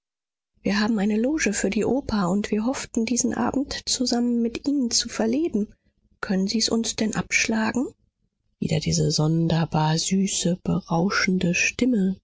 wir haben eine loge für die oper und wir hofften diesen abend zusammen mit ihnen zu verleben können sie's uns denn abschlagen wieder diese sonderbar süße berauschende stimme